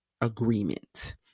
agreement